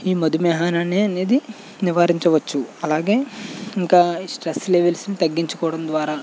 ఈ మధుమేహం అనేది నివారించవచ్చు అలాగే ఇంకా స్ట్రెస్ లెవెల్స్ని తగ్గించుకోవడం ద్వారా